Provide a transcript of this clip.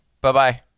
bye-bye